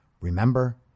Remember